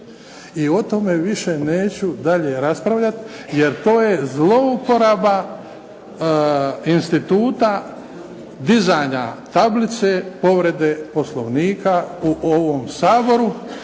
I o tome više neću dalje raspravljati, jer to je zlouporaba instituta dizanja tablice povrede Poslovnika u ovom Saboru,